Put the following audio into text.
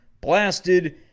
blasted